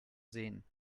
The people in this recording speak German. sehen